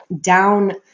down